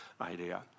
idea